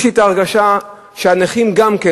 יש לי ההרגשה שהנכים גם כן,